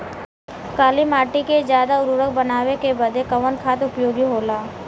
काली माटी के ज्यादा उर्वरक बनावे के बदे कवन खाद उपयोगी होला?